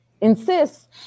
insists